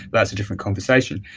that's a different conversation.